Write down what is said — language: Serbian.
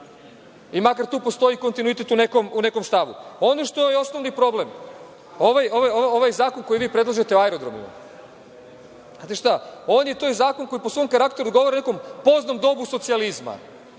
Makar tu postoji kontinuitet u nekom stavu. Ono što je osnovni problem, ovaj zakon koji vi predlažete o aerodromu, znate šta, to je zakon koji po svom karakteru govori o nekom poznom dobu socijalizma.